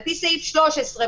על פי סעיף 13,